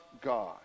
God